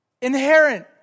inherent